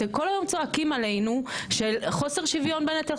אתם כל היום צועקים עלינו "חוסר שוויון בנטל,